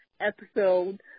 episode